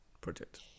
project